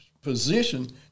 position